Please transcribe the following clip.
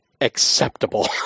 acceptable